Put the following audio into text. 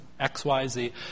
XYZ